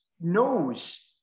knows